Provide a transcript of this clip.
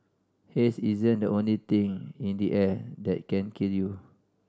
haze isn't the only thing in the air that can kill you